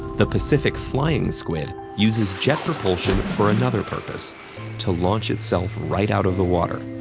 the pacific flying squid uses jet propulsion for another purpose to launch itself right out of the water.